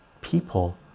people